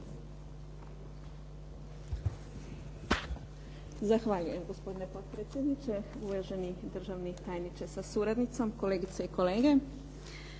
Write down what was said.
Zahvaljujem gospodine potpredsjedniče, uvaženi državni tajniče sa suradnicom, kolegice i kolege.